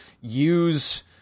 use